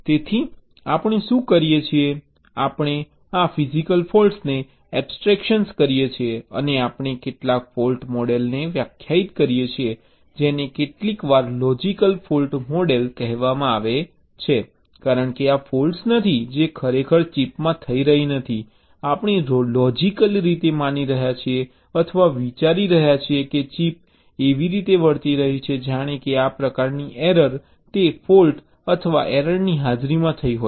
તેથી આપણે શું કરીએ છીએ આપણે આ ફિઝિકલ ફૉલ્ટ્સને એબ્સ્ટ્રેક્શન કરીએ છીએ અને આપણે કેટલાક ફૉલ્ટ મોડેલોને વ્યાખ્યાયિત કરીએ છીએ જેને કેટલાક વાર લોજીકલી ફૉલ્ટ મોડેલ કહેવામાં આવે છે કારણ કે આ ફૉલ્ટ્સ નથી જે ખરેખર ચિપમાં થઈ રહી નથી આપણે લોજીકલી રીતે માની રહ્યા છીએ અથવા વિચારી રહ્યા છીએ કે ચિપ એવી રીતે વર્તી રહી છે જાણે કે આ પ્રકારની એરર તે ફૉલ્ટ અથવા એરરની હાજરીમાં થઈ હોય